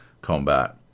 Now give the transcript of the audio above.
combat